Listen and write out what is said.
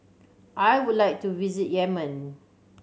I would like to visit Yemen